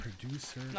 producer